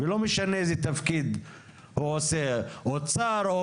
לא משנה איזה תפקיד הוא עושה אוצר או